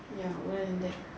a older than that